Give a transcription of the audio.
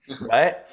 right